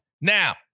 Now